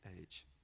age